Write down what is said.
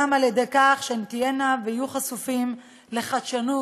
גם על-ידי כך שהם יהיו חשופים לחדשנות,